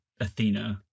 Athena